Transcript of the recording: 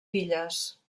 filles